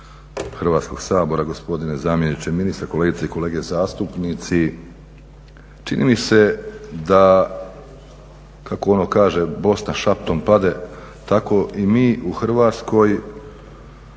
Hrvatskog sabora, gospodine zamjeniče ministra, kolegice i kolege zastupnici. Čini mi se da kako ono kaže Bosna šaptom pade tako i mi u Hrvatskoj